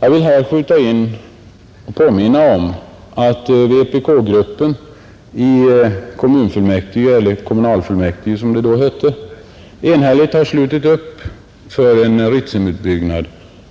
Jag vill här påminna om att vpk-gruppen i Gällivares kommunfullmäktige — eller kommunalfullmäktige som det då hette — enhälligt har slutit upp för en Ritsemutbyggnad,